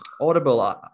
Audible